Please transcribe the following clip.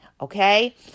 Okay